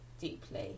deeply